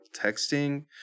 texting